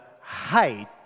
height